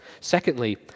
Secondly